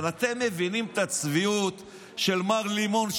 אבל אתם מבינים את הצביעות של מר לימון,